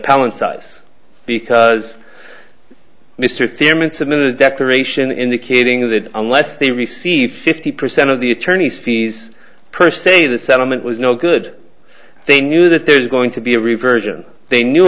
palin side because mr thurman submitted a declaration indicating that unless they receive fifty percent of the attorney's fees per se the settlement was no good they knew that there's going to be a reversion they knew